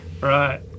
Right